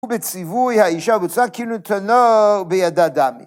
ובציווי האישה בצד כאילו קנו בידה דמי